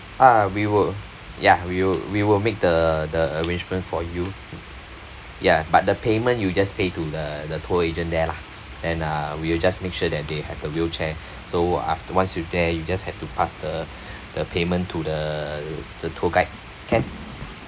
ah we will ya we'll we will make the the arrangement for you ya but the payment you just pay to the the tour agent there lah and uh we'll just make sure that they have the wheelchair so aft~ once you're there you just have to pass the the payment to the the tour guide can